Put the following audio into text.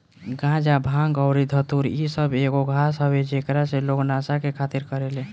गाजा, भांग अउरी धतूर इ सब एगो घास हवे जेकरा से लोग नशा के खातिर करेले